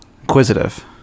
inquisitive